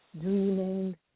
dreaming